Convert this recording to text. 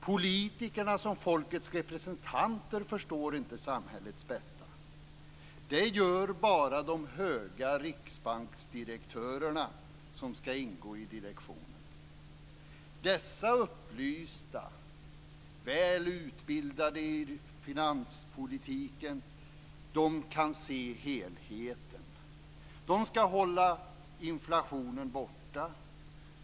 Politikerna som folkets representanter förstår inte samhällets bästa. Det gör bara de höga riksbanksdirektörerna som skall ingå i direktionen. Dessa upplysta, väl utbildade i finanspolitiken, kan se helheten. De skall hålla inflationen borta.